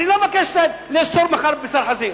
אני לא מבקש לאסור מחר בשר חזיר.